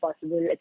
possible